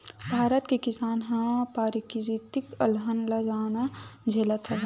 भारत के किसान ह पराकिरितिक अलहन ल जादा झेलत हवय